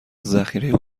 ذخیره